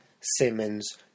Simmons